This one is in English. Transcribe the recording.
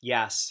Yes